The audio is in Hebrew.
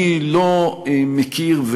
אני לא מכיר,